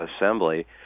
assembly